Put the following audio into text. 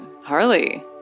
Harley